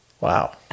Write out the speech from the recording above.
Wow